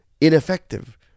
ineffective